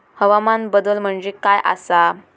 हवामान बदल म्हणजे काय आसा?